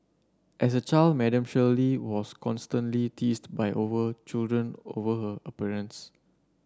as a child Madam Shirley was constantly teased by over children over her appearance